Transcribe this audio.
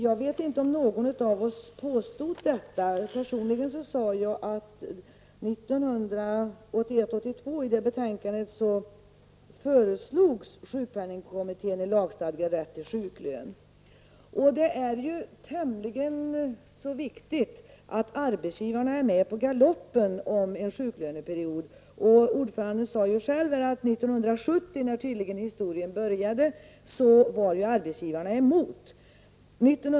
Jag vet inte om någon av oss påstod detta. Personligen sade jag att i betänkandet från 1981/82 föreslog sjukpenningkommittén en lagstadgad rätt till sjuklön. Det är tämligen viktigt att arbetsgivarna är med på galoppen om en sjuklöneperiod. Ordföranden sade själv att 1970, tydligen när historien började, var arbetsgivarna emot förslaget.